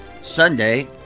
Sunday